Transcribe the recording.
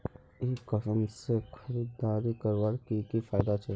ई commerce से खरीदारी करवार की की फायदा छे?